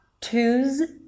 twos